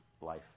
life